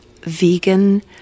vegan